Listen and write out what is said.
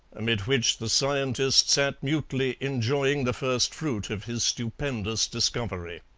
amid which the scientist sat mutely enjoying the first fruit of his stupendous discovery.